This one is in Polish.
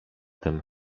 tym